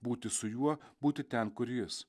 būti su juo būti ten kur jis